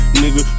nigga